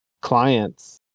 clients